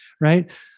right